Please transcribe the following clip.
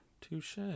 Touche